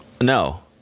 No